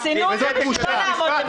חסינות זה לא לעמוד למשפט.